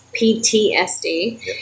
PTSD